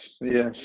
yes